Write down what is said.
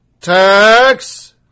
tax